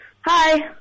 Hi